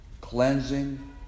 cleansing